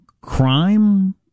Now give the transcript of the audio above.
Crime